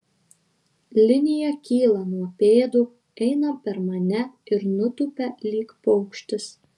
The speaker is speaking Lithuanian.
linija kyla nuo pėdų eina per mane ir nutupia lyg paukštis